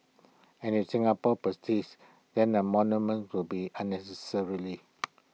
and if Singapore persists then A monument will be unnecessary